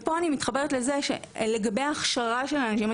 פה אני מתחברת למה שנאמר בנוגע להכשרה של אנשים.